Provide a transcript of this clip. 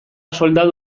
soldadu